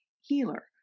healer